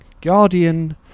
guardian